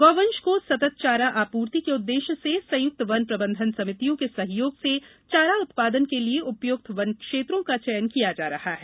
गौवंश को सतत चारा आपूर्ति के उद्देश्य से संयुक्त वन प्रबंधन समितियों के सहयोग से चारा उत्पादन के लिये उपयुक्त वन क्षेत्रों का चयन किया जा रहा है